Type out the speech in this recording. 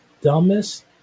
dumbest